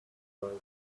right